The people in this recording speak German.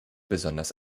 besonders